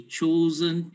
chosen